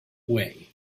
way